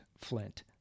Flint